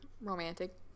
romantic